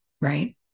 right